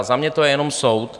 Za mě to je jenom soud.